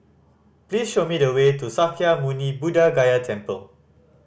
please show me the way to Sakya Muni Buddha Gaya Temple